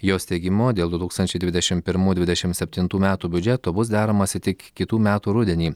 jos teigimu dėl du tūkstančiai dvidešim pirmų dvidešim septintų metų biudžeto bus deramasi tik kitų metų rudenį